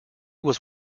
was